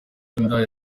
indaya